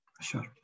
Sure